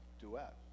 duet